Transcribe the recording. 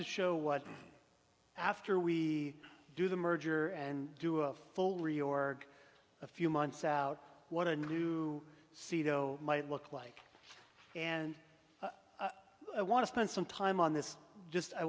to show what after we do the merger and do a full re org a few months out what a new c d o might look like and i want to spend some time on this just i